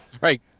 Right